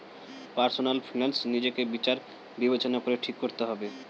personal finance নিজেকে বিচার বিবেচনা করে ঠিক করতে হবে